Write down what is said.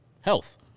health